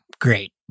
great